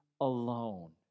alone